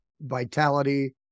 vitality